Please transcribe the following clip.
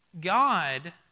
God